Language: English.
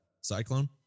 Cyclone